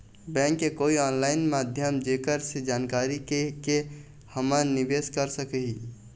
Bank के कोई online माध्यम जेकर से जानकारी के के हमन निवेस कर सकही?